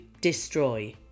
destroy